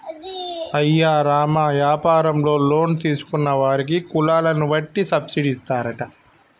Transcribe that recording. అయ్యో రామ యాపారంలో లోన్ తీసుకున్న వారికి కులాలను వట్టి సబ్బిడి ఇస్తారట